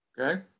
Okay